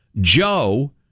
Joe